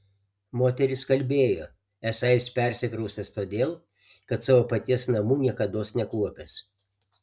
moterys kalbėjo esą jis persikraustęs todėl kad savo paties namų niekados nekuopęs